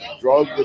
drug